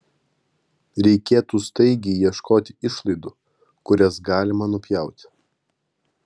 reikėtų staigiai ieškoti išlaidų kurias galima nupjauti